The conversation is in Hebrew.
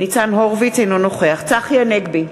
אינו נוכח צחי הנגבי,